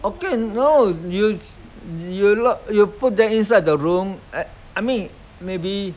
okay no you you lock you put them inside the room I I mean maybe